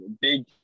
big